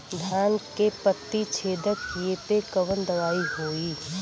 धान के पत्ती छेदक कियेपे कवन दवाई होई?